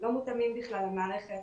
לא מותאמים בכלל למערכת.